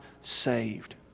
saved